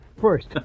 first